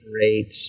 great